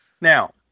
Now